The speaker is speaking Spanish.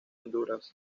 honduras